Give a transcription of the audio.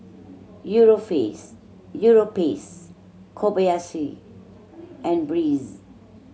Europace Kobayashi and Breeze